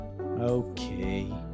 Okay